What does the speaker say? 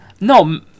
No